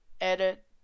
edit